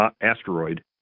asteroid